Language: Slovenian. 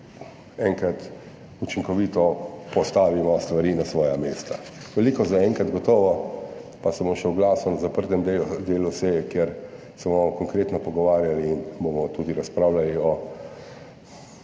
enkrat učinkovito postavimo stvari na svoja mesta. Toliko zaenkrat, gotovo pa se bom še oglasil na zaprtem delu seje, kjer se bomo konkretno pogovarjali in bomo tudi razpravljali o